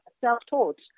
self-taught